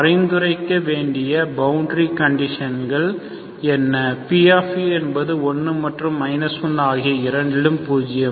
பரிந்துரைக்க வேண்டிய பவுண்டரி கண்டிஷன்கள் என்ன p என்பது 1 மற்றும் 1 ஆகிய இரண்டிலும் 0